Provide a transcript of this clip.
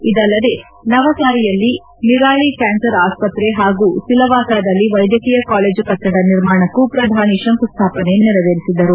ಇದಲ್ಲದೇ ನವಸಾರಿಯಲ್ಲಿ ನಿರಾಳಿ ಕ್ಯಾನ್ಸರ್ ಆಸ್ಷತ್ರೆ ಹಾಗೂ ಸಿಲವಾಸದಲ್ಲಿ ವೈದ್ಯಕೀಯ ಕಾಲೇಜು ಕಟ್ಟಡ ನಿರ್ಮಾಣಕ್ಕೂ ಪ್ರಧಾನಿ ಶಂಕುಸ್ಥಾಪನೆ ನೆರವೇರಿಸಿದರು